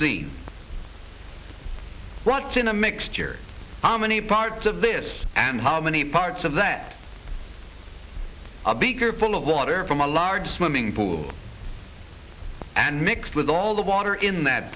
rocks in a mixture how many parts of this and how many parts of that are big are full of water from a large swimming pool and mixed with all the water in that